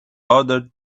other